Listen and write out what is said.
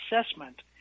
assessment –